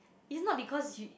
is not because you